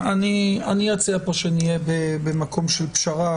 אני אציע פה שנהיה במקום של פשרה,